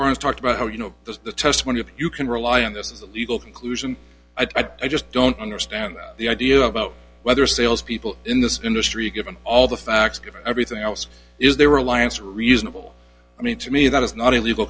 burns talked about how you know the test when you if you can rely on this as a legal conclusion i just don't understand that the idea about whether salespeople in this industry given all the facts given everything else is they were alliance reasonable i mean to me that is not a legal